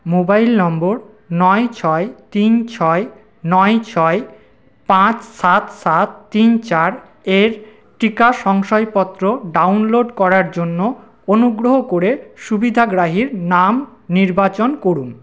mobile number নয় ছয় তিন ছয় নয় ছয় পাঁচ সাত সাত তিন চার এর টিকা সংশাপত্র ডাউনলোড করার জন্য অনুগ্রহ করে সুবিধাগ্রাহীর নাম নির্বাচন করুন